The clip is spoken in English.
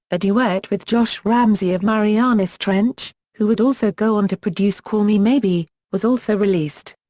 a duet with josh ramsay of marianas trench, who would also go on to produce call me maybe, was also released.